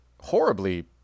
horribly